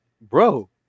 bro